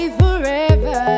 forever